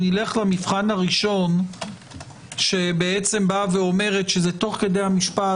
אם נלך למבחן הראשון שאומרת שזה תוך כדי המשפט